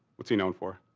what's he known for?